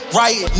right